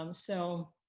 um so,